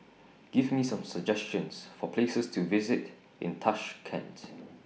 Give Me Some suggestions For Places to visit in Tashkent